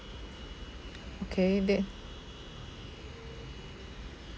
okay that